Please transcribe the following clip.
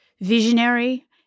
visionary